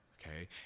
okay